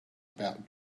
about